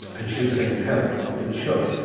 and she was saying, help, i've been shot.